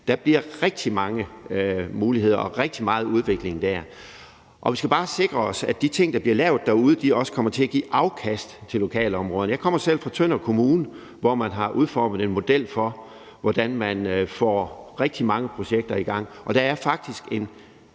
Der bliver rigtig mange muligheder og rigtig meget udvikling der. Vi skal bare sikre os, at de ting, der bliver lavet derude, også kommer til at give afkast til lokalområderne. Jeg kommer selv fra Tønder Kommune, hvor man har udformet en model for, hvordan man får rigtig mange projekter i gang, og der er faktisk en